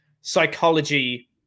psychology